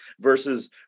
versus